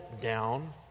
down